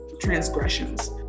transgressions